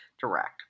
direct